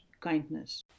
kindness